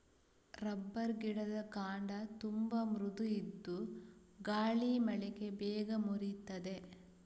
rubber ಗಿಡದ ಕಾಂಡ ತುಂಬಾ ಮೃದು ಇದ್ದು ಗಾಳಿ ಮಳೆಗೆ ಬೇಗ ಮುರೀತದೆ